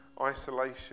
isolation